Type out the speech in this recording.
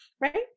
right